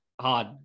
Hard